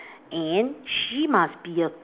and she must be a